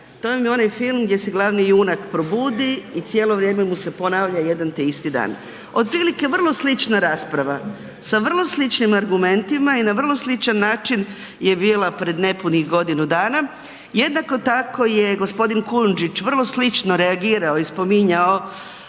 To vam je onaj film gdje se glavni junak probudi i cijelo vrijeme mu se ponavlja jedan te isti dan. Otprilike vrlo slična rasprava sa vrlo sličnim argumentima i na vrlo sličan način je bila pred nepunih godinu dana. Jednako tako je gospodin Kujundžić vrlo slično reagirao i spominjao